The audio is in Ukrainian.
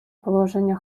положення